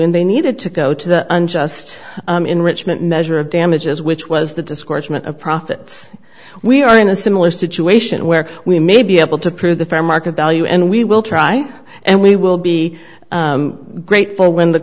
and they needed to go to the unjust enrichment measure of damages which was the discouragement of prop that we are in a similar situation where we may be able to prove the fair market value and we will try and we will be grateful when the